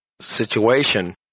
situation